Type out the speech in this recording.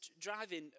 driving